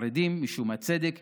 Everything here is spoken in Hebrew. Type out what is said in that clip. לחרדים משום הצדק,